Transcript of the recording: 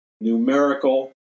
numerical